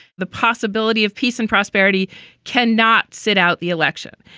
the possibility of peace and prosperity can not sit out the election.